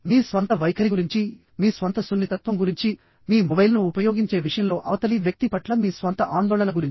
మీ స్వంత వైఖరి గురించి మీ స్వంత సున్నితత్వం గురించి మీ మొబైల్ను ఉపయోగించే విషయంలో అవతలి వ్యక్తి పట్ల మీ స్వంత ఆందోళన గురించి